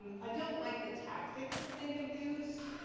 i don't like the tactics that they have used,